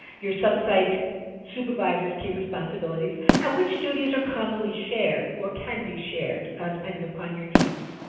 your sub-sites' supervisors' key responsibilities, and which duties are commonly shared or can be shared depending upon your needs.